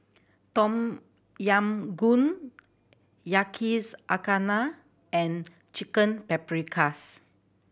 Tom Yam Goong Yakizakana and Chicken Paprikas